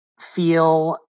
feel